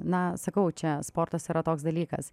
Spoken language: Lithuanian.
na sakau čia sportas yra toks dalykas